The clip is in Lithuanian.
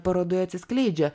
parodoj atsiskleidžia